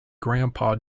grandpa